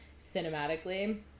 cinematically